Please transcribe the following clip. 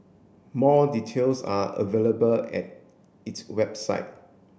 more details are available at its website